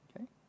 Okay